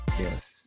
yes